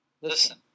Listen